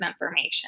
information